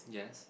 yes